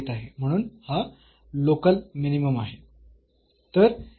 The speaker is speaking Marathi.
म्हणून हा लोकल मिनिमम आहे